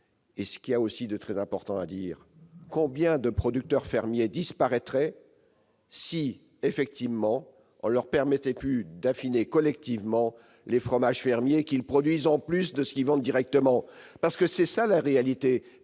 Et il est très important de le dire : combien de producteurs fermiers disparaîtraient si on ne leur permettait plus d'affiner collectivement les fromages fermiers qu'ils produisent en plus de ceux qu'ils vendent directement ? Car c'est ça la réalité !